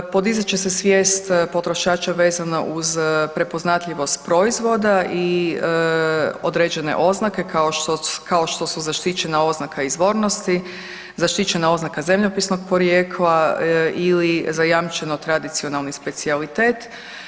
Podizat će se svijest potrošača vezana uz prepoznatljivost proizvoda i određene oznake kao što su zaštićena oznaka izvornosti, zaštićena oznaka zemljopisnog porijekla ili zajamčeno tradicionalni specijalitet.